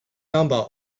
number